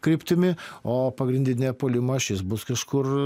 kryptimi o pagrindinė puolimo ašis bus kažkur